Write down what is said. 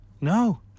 No